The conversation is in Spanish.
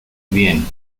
bien